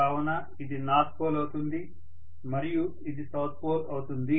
కావున ఇది north pole అవుతుంది మరియు ఇది సౌత్ పోల్ అవుతుంది